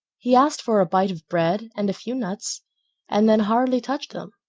he asked for a bite of bread and a few nuts and then hardly touched them.